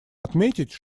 отметить